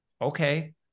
Okay